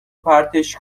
پرتش